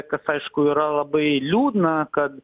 kas aišku yra labai liūdna kad